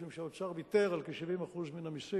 משום שהאוצר ויתר על כ-70% מן המסים